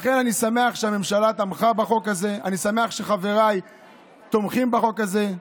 לכן אני שמח שהממשלה תמכה בחוק הזה ואני שמח שחבריי תומכים בחוק הזה.